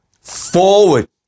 forward